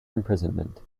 imprisonment